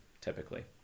typically